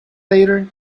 later